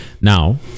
Now